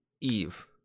Eve